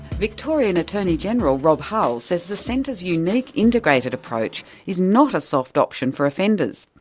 victorian attorney-general, rob hulls says the centre's unique integrated approach is not a soft option for offenders.